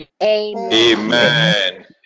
Amen